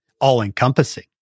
all-encompassing